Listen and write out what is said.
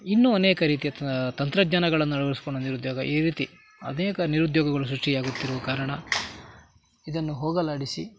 ಇನ್ನೂ ಅನೇಕ ರೀತಿಯ ತಂತ್ರಜ್ಞಾನಗಳನ್ನ ಅಳವಡಿಸ್ಕೊಂಡ ನಿರುದ್ಯೋಗ ಈ ರೀತಿ ಅನೇಕ ನಿರುದ್ಯೋಗಗಳು ಸೃಷ್ಟಿಯಾಗುತ್ತಿರುವ ಕಾರಣ ಇದನ್ನು ಹೋಗಲಾಡಿಸಿ